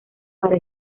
para